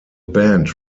band